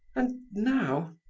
and now